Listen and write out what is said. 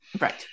Right